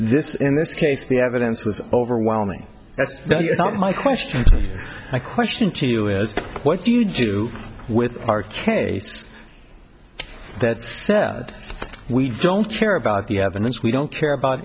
this in this case the evidence was overwhelming that's not my question my question to you is what do you do with our case that said we don't care about the evidence we don't care about